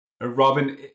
Robin